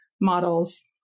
models